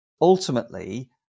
ultimately